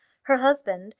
her husband,